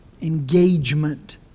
engagement